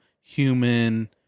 human